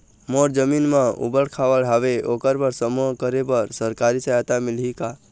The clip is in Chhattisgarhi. मोर जमीन म ऊबड़ खाबड़ हावे ओकर बर समूह करे बर सरकारी सहायता मिलही का?